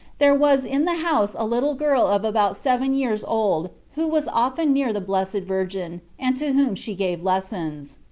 there was in the house a little girl of about seven years old who was often near the blessed virgin, and to whom she gave lessons.